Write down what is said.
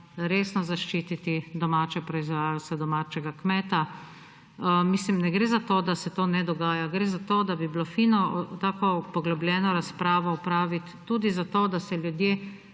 resno zaščititi domače proizvajalce, domačega kmeta. Ne gre za to, da se to ne dogaja, gre za to, da bi bilo fino tako poglobljeno razpravo opraviti tudi zato, da se ljudje